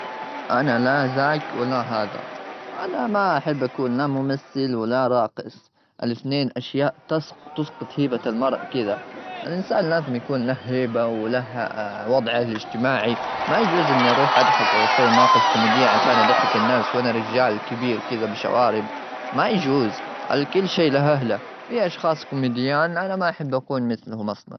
أنا لا ذاك ولا هذا. أنا ما أحب أكون لا ممثل ولا راقص. الاثنين أشياء تسقط-تسقط هيبة المرء كذا. الإنسان لازم يكون له هيبة وله وضعه الاجتماعي. ما يجوز إني أروح أضحك أو أسوي مواقف كوميدية؛ عشان أضحك الناس وأنا رجال كبير كذا بشوارب، ما يجوز. الكل شيء له أهله. في أشخاص كوميديان، أنا ما أحب أكون مثلهم أصلا.